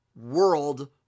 world